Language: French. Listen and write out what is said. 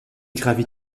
gravit